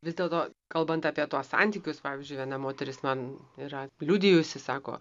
vis dėlto kalbant apie tuos santykius pavyzdžiui viena moteris man yra liudijusi sako